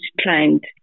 client